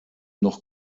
noch